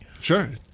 Sure